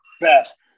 best